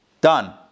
done